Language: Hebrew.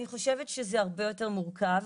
אני חושבת שזה הרבה יותר מורכב,